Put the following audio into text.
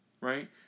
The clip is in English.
right